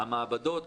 המעבדות,